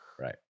Right